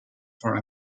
for